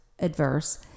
adverse